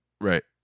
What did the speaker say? right